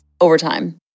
overtime